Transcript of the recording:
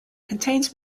contains